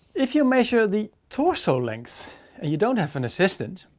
if you measure the torso length and you don't have an assistant,